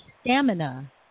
stamina